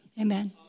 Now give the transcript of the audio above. Amen